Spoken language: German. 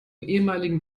ehemaligen